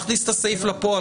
מכניס את הסעיף לפועל,